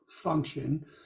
function